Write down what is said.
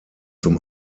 zum